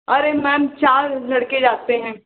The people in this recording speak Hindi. अरे मैम चार लड़के जाते हैं